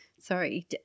Sorry